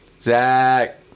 Zach